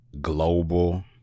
global